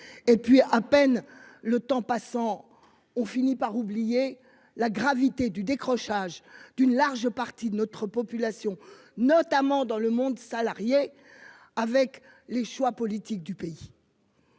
Et puis à peine le temps passant, on finit par oublier la gravité du décrochage d'une large partie de notre population notamment dans le monde salarié avec les choix politiques du pays.